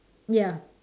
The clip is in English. ya